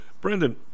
Brandon